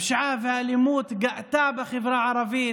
הפשיעה והאלימות גאו בחברה הערבית.